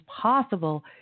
possible